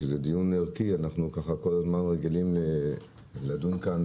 שהוא דיון ערכי אנחנו כל הזמן רגילים לדון כאן,